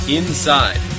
inside